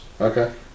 Okay